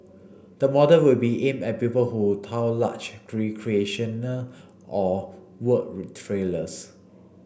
the model will be aimed at people who tow large recreational or work trailers